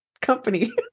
company